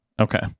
Okay